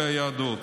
על היהדות.